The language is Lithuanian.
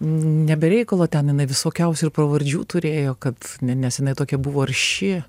ne be reikalo ten jinai visokiausių ir pravardžių turėjo kad nes jinai tokia buvo arši